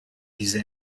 diese